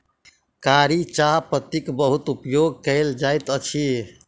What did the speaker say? कारी चाह पत्तीक बहुत उपयोग कयल जाइत अछि